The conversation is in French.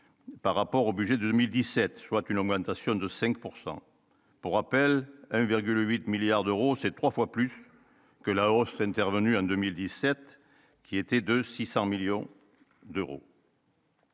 par rapport au budget 2017, soit une augmentation de 5 pourcent pour rappel, 8 milliards d'euros, cette profond, plus que la roche s'intervenue en 2017 qui était de 600 millions d'euros.